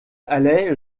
allais